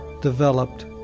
developed